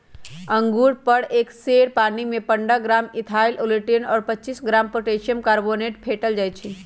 अंगुर पर एक सेर पानीमे पंडह ग्राम इथाइल ओलियट और पच्चीस ग्राम पोटेशियम कार्बोनेट फेटल जाई छै